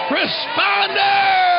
responder